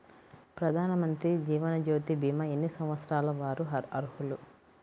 ప్రధానమంత్రి జీవనజ్యోతి భీమా ఎన్ని సంవత్సరాల వారు అర్హులు?